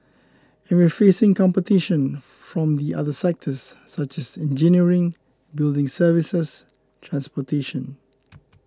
and we're facing competition from the other sectors such as engineering building services transportation